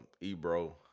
Ebro